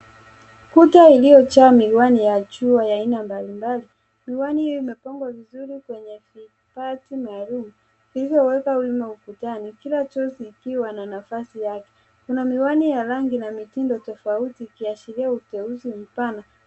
Kuta iliyojaa miwani ya jua ya aina mbalimbali. Miwani hio imepangwa vizuri kwenye hifadhi maalum iliyowekwa wima ukutani kila jozi ikiwa na nafasi yake. Kuna miwani ya rangi ya mitindo tofauti ikiashiria uteuzi mpana.